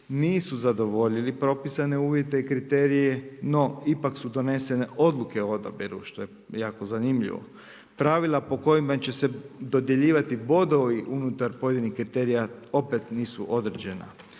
nisu zadovoljili propisane uvijete i kriterije, no ipak su donesene odluke o odabiru, što je jako zanimljivo. Pravila po kojima će se dodjeljivati bodovi unutar pojedinih kriterija opet nisu određena.